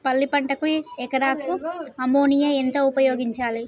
పల్లి పంటకు ఎకరాకు అమోనియా ఎంత ఉపయోగించాలి?